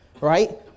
Right